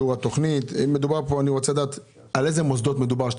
תיאור התכנית ואני רוצה לדעת על איזה מוסדות מדובר.